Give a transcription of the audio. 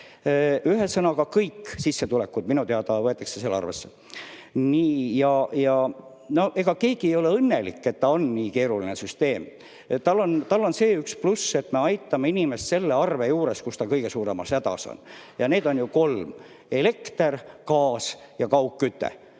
Ühesõnaga, kõiki sissetulekuid minu teada võetakse seal arvesse. No ega keegi ei ole õnnelik, et see on nii keeruline süsteem. Sel on see pluss, et me aitame inimest selle arvega, millega ta kõige suuremas hädas on. Ja neid on ju kolm: elekter, gaas ja kaugküte.